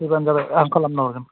फैबानो जाबाय आं खालामना हरगोन